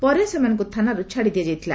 ପରେ ସେମାନଙ୍କୁ ଥାନାରୁ ଛାଡ଼ି ଦିଆଯାଇଥିଲା